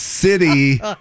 city